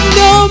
no